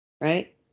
right